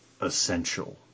essential